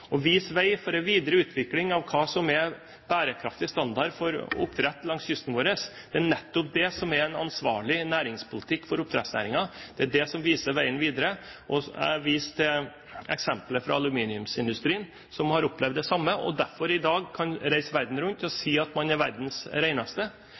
og vise vei for en videre utvikling av hva som er bærekraftig standard for oppdrett langs kysten vår, viser vi hva som er ansvarlig næringspolitikk for oppdrettsnæringen. Det er det som viser veien videre. Jeg viste til eksempelet fra aluminiumsindustrien, som har opplevd det samme, og derfor i dag kan reise verden rundt